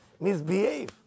Misbehave